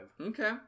Okay